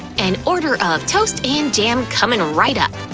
an order of toast and jam coming right up!